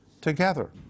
together